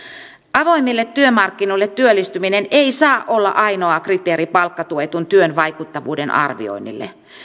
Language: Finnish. avoimille työmarkkinoille työllistyminen ei saa olla ainoa kriteeri palkkatuetun työn vaikuttavuuden arvioinnille